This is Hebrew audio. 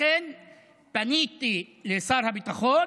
לכן פניתי לשר הביטחון,